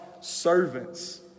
servants